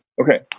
Okay